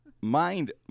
mind